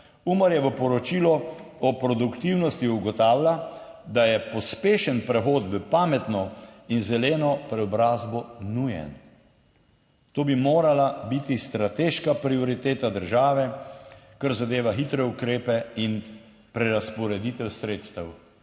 Umarjevo poročilo o produktivnosti ugotavlja, da je pospešen prehod v pametno in zeleno preobrazbo nujen. To bi morala biti strateška prioriteta države, kar zadeva hitre ukrepe in prerazporeditev sredstev.